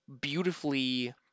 beautifully